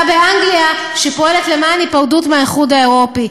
באנגליה שפועלת למען היפרדות מהאיחוד האירופי.